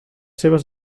seves